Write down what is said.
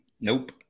Nope